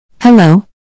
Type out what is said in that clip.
Hello